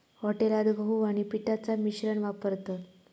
हॉटेलात गहू आणि पिठाचा मिश्रण वापरतत